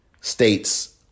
state's